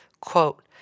quote